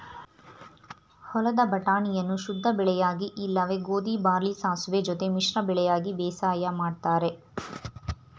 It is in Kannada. ಹೊಲದ ಬಟಾಣಿಯನ್ನು ಶುದ್ಧಬೆಳೆಯಾಗಿ ಇಲ್ಲವೆ ಗೋಧಿ ಬಾರ್ಲಿ ಸಾಸುವೆ ಜೊತೆ ಮಿಶ್ರ ಬೆಳೆಯಾಗಿ ಬೇಸಾಯ ಮಾಡ್ತರೆ